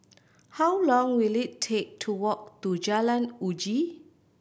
how long will it take to walk to Jalan Uji